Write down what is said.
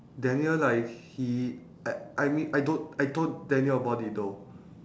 daniel like he I I mean I don't I told daniel about it though